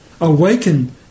Awaken